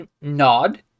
Nod